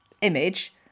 image